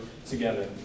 Together